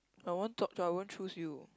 I want talk to I won't choose you